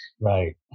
Right